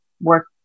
work